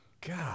God